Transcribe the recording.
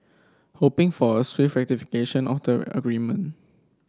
hoping for a swift ratification of the agreement